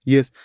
Yes